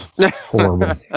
Horrible